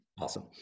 Awesome